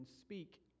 speak